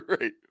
Right